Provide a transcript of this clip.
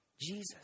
Jesus